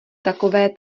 takové